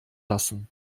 lassen